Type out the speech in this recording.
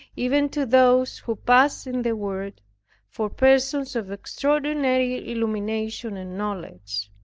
even to those who pass in the world for persons of extraordinary illumination and knowledge.